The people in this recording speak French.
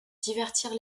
divertir